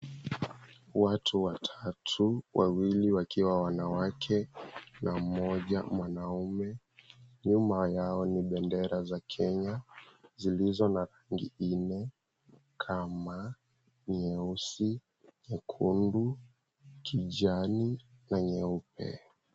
Watu watatu wawili wakiwa wanawake na mmoja mwanaume nyuma yao ni bendera za Kenya zilizo na rangi nne kama nyeusi, nyekundu, kijani na nyeupe.